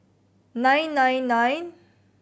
nine nine nine